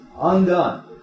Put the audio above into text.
Undone